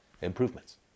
improvements